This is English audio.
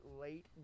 late